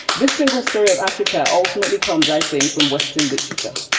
this single story of africa ultimately comes, i think, from western literature.